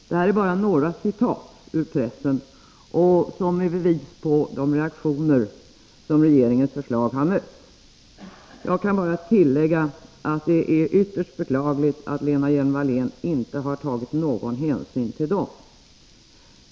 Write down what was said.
Det här är bara några av rubrikerna i pressen, som är bevis för reaktionerna på regeringens förslag. Jag kan tillägga att det är ytterst beklagligt att Lena Hjelm-Wallén inte har tagit någon hänsyn till dessa reaktioner.